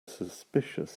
suspicious